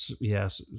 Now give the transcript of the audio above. Yes